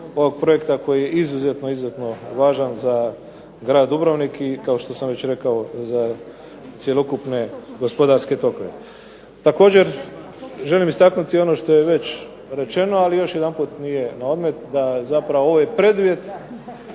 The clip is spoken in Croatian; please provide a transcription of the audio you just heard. ovog projekta koji je izuzetno, izuzetno važan za grad Dubrovnik i kao što sam već rekao za cjelokupne gospodarske tokove. Također, želim istaknuti ono što je već rečeno, ali još jedanput nije naodmet da zapravo ovaj preduvjet